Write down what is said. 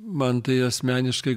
man tai asmeniškai